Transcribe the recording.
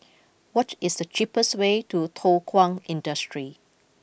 what is the cheapest way to Thow Kwang Industry